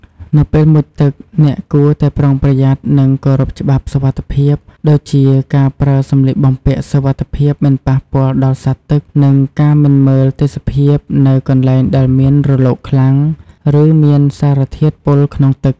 នៅពេលមុជទឹក អ្នកគួរតែប្រុងប្រយ័ត្ន និងគោរពច្បាប់សុវត្ថិភាព ដូចជា ការប្រើសំលៀកបំពាក់សុវត្ថិភាពមិនប៉ះពាល់ដល់សត្វទឹក និងការមិនមើលទេសភាពនៅ កន្លែងដែលមានរលកខ្លាំង ឬមានសារធាតុពុលក្នុងទឹក។